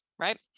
Right